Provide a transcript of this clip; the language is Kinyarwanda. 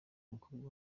umukobwa